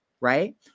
Right